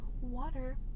water